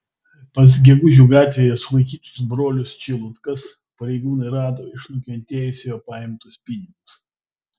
pas gegužių gatvėje sulaikytus brolius čeilutkas pareigūnai rado iš nukentėjusiojo paimtus pinigus